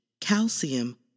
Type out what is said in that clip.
calcium